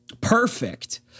Perfect